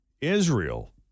Israel